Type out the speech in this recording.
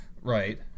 Right